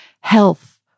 health